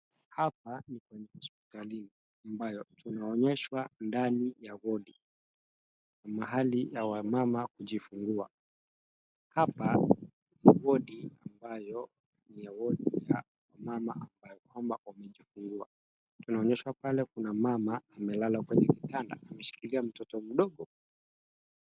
Hapa ni kwenye hospitalini ambayo tumeonyeshwa ndani ya wodi ni mahali ya wamama kujifungua. Hapa ni wodi ambayo ni wodi ya mama ambaye kwamba amejifungua. Tunaonyeshwa pale kuna mama ambaye amelala kwenye kitanda ameshikilia mtoto mdogo.